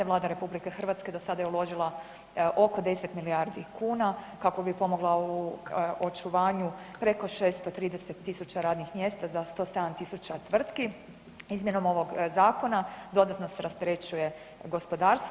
Vlada RH do sada je uložila oko 10 milijardi kuna kako bi pomogla u očuvanju preko 630.000 radnih mjesta za 107.000 tvrtki, izmjenom ovog zakona dodatno se rasterećuje gospodarstvo.